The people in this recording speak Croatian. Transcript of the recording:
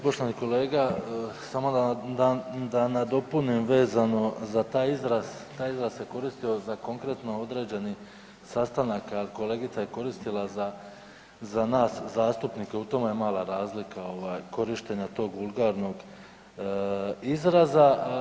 Poštovani kolega, samo da nadopunim vezano za taj izraz, taj izraz se koristio za konkretno određeni sastanak a kolegica je koristila za nas zastupnike, u tome je mala razlika korištenja tog vulgarnog izraza.